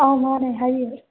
ꯑꯥꯎ ꯃꯥꯟꯅꯦ ꯍꯥꯏꯕꯤꯎ